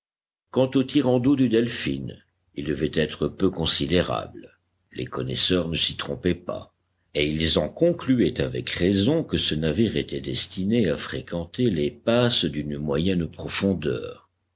quant au tirant d'eau du delphin il devait être peu considérable les connaisseurs ne s'y trompaient pas et ils en concluaient avec raison que ce navire était destiné à fréquenter les passes d'une moyenne profondeur